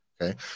okay